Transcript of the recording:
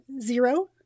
zero